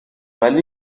ولی